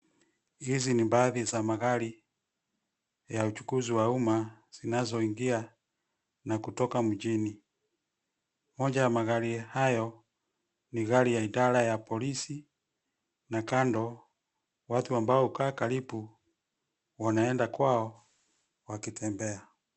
Hizi ni baadhi za magari ya uchukuzi wa umma zinazoingia na kutoka mjini. Moja ya magari hayo ni gari ya idara ya polisi na kando watu ambao hukaa karibu wanaenda kwao wakitembea.